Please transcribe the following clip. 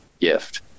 gift